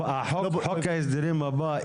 אבל חוק ההסדרים הבא,